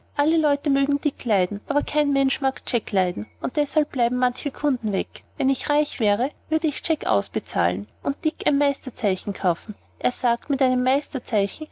alle leute mögen dick leiden aber kein mensch mag jack leiden und deshalb bleiben manche kunden weg wenn ich reich wäre würde ich jack ausbezahlen und dick ein meisterzeichen kaufen er sagt mit einem